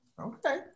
Okay